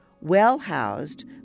well-housed